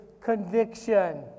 conviction